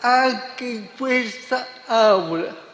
anche in quest'Aula.